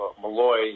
Malloy